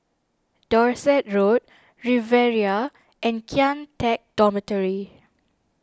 Dorset Road Riviera and Kian Teck Dormitory